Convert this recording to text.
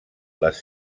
les